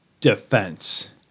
defense